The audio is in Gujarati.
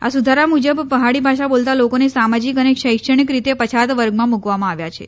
આ સુધારા મુજબ પહાડી ભાષા બોલતા લોકોને સામાજીક અને શૈક્ષણિક રીતે પછાત વર્ગમાં મુકવામાં આવ્યા છે